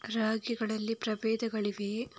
ರಾಗಿಗಳಲ್ಲಿ ಪ್ರಬೇಧಗಳಿವೆಯೇ?